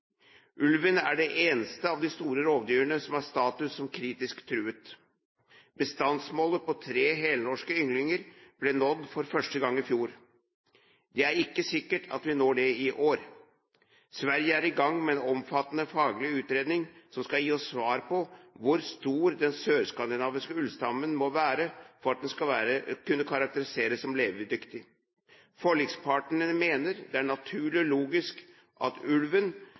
er det eneste av de store rovdyrene som har status som kritisk truet. Bestandsmålet på tre helnorske ynglinger ble nådd for første gang i fjor. Det er ikke sikkert at vi når det i år. Sverige er i gang med en omfattende faglig utredning som skal gi oss svar på hvor stor den sørskandinaviske ulvestammen må være for at den skal kunne karakteriseres som levedyktig. Forlikspartnerne mener det er naturlig og logisk at ulven